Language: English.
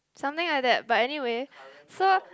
something like that but anywhere so